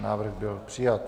Návrh byl přijat.